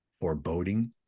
foreboding